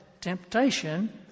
temptation